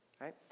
Right